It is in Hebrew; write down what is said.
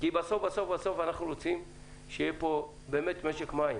בסוף אנחנו רוצים שיהיה פה באמת משק מים